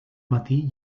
matí